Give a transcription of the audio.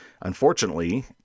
Unfortunately